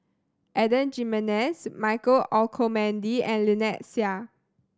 Adan Jimenez Michael Olcomendy and Lynnette Seah